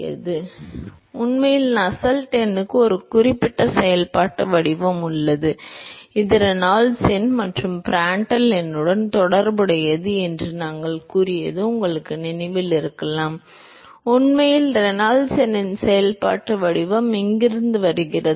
இப்போது உண்மையில் நஸ்ஸெல்ட் எண்ணுக்கு ஒரு குறிப்பிட்ட செயல்பாட்டு வடிவம் உள்ளது இது ரெனால்ட்ஸ் எண் மற்றும் பிராண்ட்ல் எண்ணுடன் தொடர்புடையது என்று நாங்கள் கூறியது உங்களுக்கு நினைவிருக்கலாம் உண்மையில் ரெனால்ட்ஸ் எண்ணின் செயல்பாட்டு வடிவம் இங்கிருந்து வருகிறது